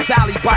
Sally